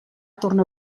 torna